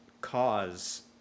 cause